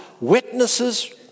witnesses